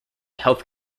health